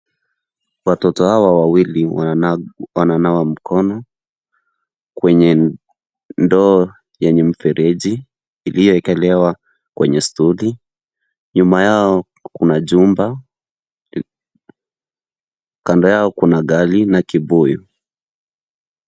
Watoto hawa wawili wananawa mikono kwenye ndoo yenye mfereji iliyowekelewa kwenye stuli. Nyuma yao kuna chumba. Kando yao kuna gari na kibuyu.